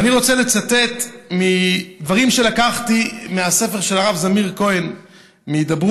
ואני רוצה לצטט דברים שלקחתי מהספר של הרב זמיר כהן מהידברות,